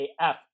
AF